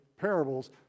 parables